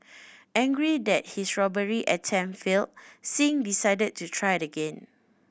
angry that his robbery attempt failed Singh decided to try again